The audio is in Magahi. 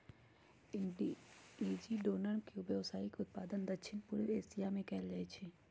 इचिनोडर्म के व्यावसायिक उत्पादन दक्षिण पूर्व एशिया में कएल जाइ छइ